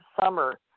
summer